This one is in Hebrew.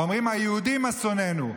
אומרים: היהודים אסוננו,